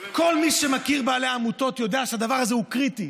כל מי שמכיר בעלי עמותות יודע שהדבר הזה הוא קריטי,